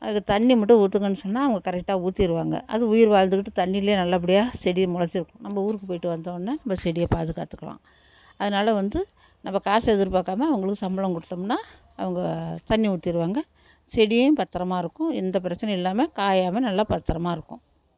அதுக்கு தண்ணி மட்டும் ஊற்றுங்கன்னு சொன்னால் அவங்க கரெக்டாக ஊத்திடுவாங்க அது உயிர் வாழ்ந்துக்கிட்டு தண்ணிலேயே நல்லபடியாக செடி மொளைச்சிருக்கும் நம்ம ஊருக்கு போய்ட்டு வந்தோடன நம்ம செடியை பாதுகாத்துக்கலாம் அதனால வந்து நம்ம காசை எதிர்பாக்காமல் அவங்களுக்கு சம்பளம் கொடுத்தோம்ன்னா அவங்க தண்ணி ஊத்திடுவாங்க செடியும் பத்திரமா இருக்கும் எந்த பிரச்சனையும் இல்லாமல் காயாமல் நல்லா பத்திரமா இருக்கும்